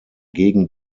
gegen